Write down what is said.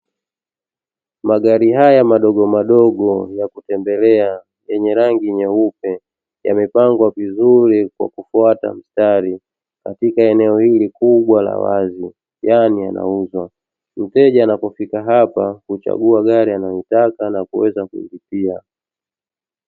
Magari haya madogomadogo ya kutembelea yenye rangi nyeupe yamepangwa vizuri kwa kufuata mstari katika eneo hili kubwa la wazi yaani yanauzwa, mteja anapofika hapa huchagua gari anayoitaka na kuweza kuilipia.